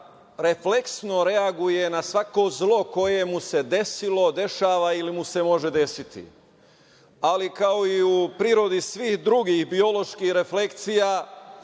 refleksno reaguje na svako zlo koje mu se desilo, dešava ili mu se može desiti. Ali, kao i u prirodi svih drugih bioloških refleksija